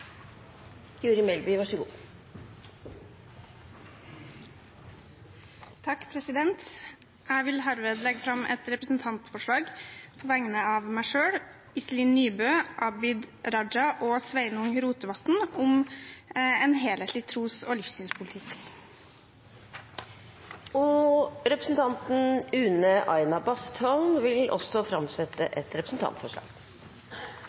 Guri Melby vil framsette et representantforslag. Jeg vil herved legge fram et representantforslag på vegne av meg selv, Iselin Nybø, Abid Q. Raja og Sveinung Rotevatn om en helhetlig tros- og livssynspolitikk. Representanten Une Aina Bastholm vil også framsette et representantforslag.